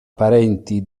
parenti